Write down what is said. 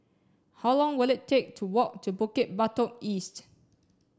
how long will it take to walk to Bukit Batok East